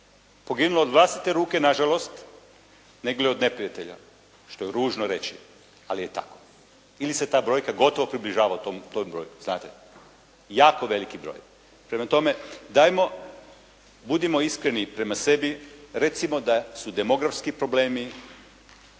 poginulo od vlastite ruke na žalost nego li od neprijatelja, što je ružno reći, ali je tako ili se ta brojka gotovo približava tom broju, znate? Jako veliki broj. Prema tome, dajmo, budimo iskreni prema sebi, recimo da su demografski problemi